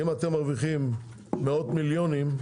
אם אתם מרוויחים מאות מיליונים,